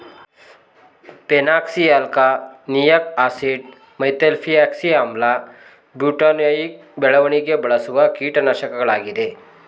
phenoxyalkanoic acid, methylphenoxy ಆಮ್ಲ, butanoic ಬೆಳೆಗಳಿಗೆ ಬಳಸುವ ಕೀಟನಾಶಕವಾಗಿದೆ